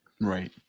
Right